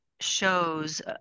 shows